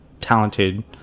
talented